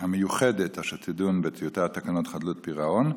המיוחדת אשר תדון בטיוטת תקנות חדלון פירעון.